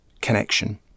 connection